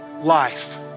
life